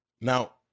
Now